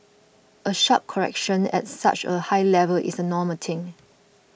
a sharp correction at such a high level is a normal thing